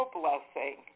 blessing